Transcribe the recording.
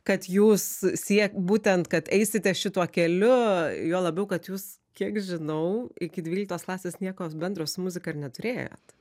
kad jūs sie būtent kad eisite šituo keliu juo labiau kad jūs kiek žinau iki dvyliktos klasės nieko bendro su muzika ir neturėjot